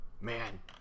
Man